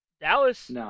Dallas